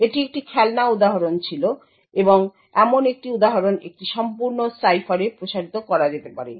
এটি একটি খেলনা উদাহরণ ছিল এবং এমন একটি উদাহরণ একটি সম্পূর্ণ সাইফারে প্রসারিত করা যেতে পারে